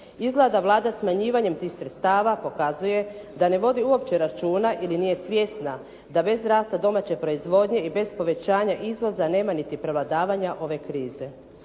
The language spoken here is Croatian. Izgleda da Vlada smanjivanjem tih sredstava pokazuje da ne vodi uopće računa ili nije svjesna da bez rasta domaće proizvodnje i bez povećanja izvoza nema niti prevladavanja ove krize.